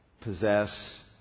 possess